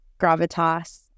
gravitas